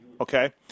Okay